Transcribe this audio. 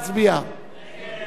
הצעת סיעות